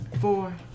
four